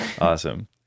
Awesome